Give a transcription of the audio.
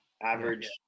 average